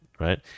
right